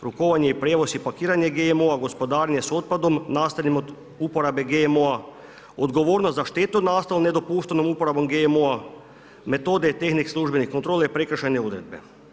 Rukovanje, prijevoz i pakiranje GMO-a, gospodarenje sa otpadom nastalim od uporabe GMO-a, odgovornost za štetu nastalu nedopuštenom uporabom GMO-a, metode i tehnike službenih kontrola i prekršajne odredbe.